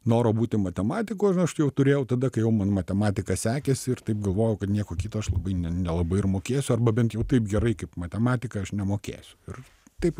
noro būti matematiku aš aš jau turėjau tada kai jau man matematika sekėsi ir taip galvojau kad nieko kito aš labai nelabai ir mokėsiu arba bent jau taip gerai kaip matematiką aš nemokėsiu ir taip